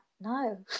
no